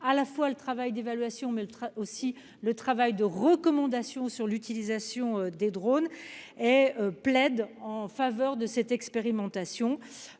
à la fois le travail d'évaluation et le travail de recommandation sur l'utilisation des drones plaide en faveur de cette expérimentation.